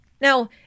Now